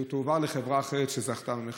וזו תועבר לחברה אחרת שזכתה במכרז.